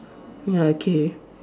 ya okay